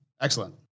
Excellent